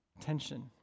tension